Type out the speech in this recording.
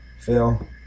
Phil